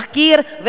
תחקיר,